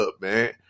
man